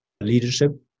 leadership